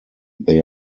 they